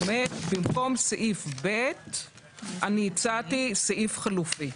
עומד במקום סעיף 8ב. אני הצעתי סעיף חלופי.